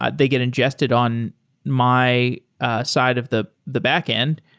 they get infested on my ah side of the the backend.